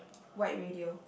white radio